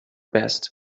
best